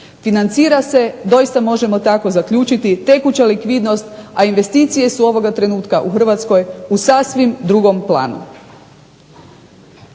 Financira se doista možemo tako zaključiti tekuća likvidnost, a investicije su ovog trenutka u HRvatskoj u sasvim drugom planu.